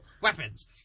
weapons